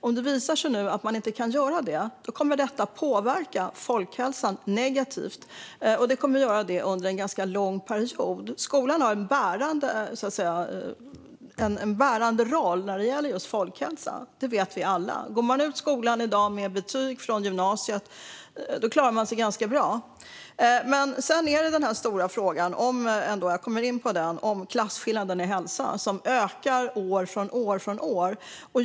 Om det visar sig att man inte kan göra det kommer det att påverka folkhälsan negativt. Det kommer att göra det under en ganska lång period. Skolan har en bärande roll när det gäller just folkhälsan. Det vet vi alla. Går man ut skolan i dag med betyg från gymnasiet klarar man sig ganska bra. Sedan är det den stora frågan om klasskillnaden i hälsa, som ökar år från år.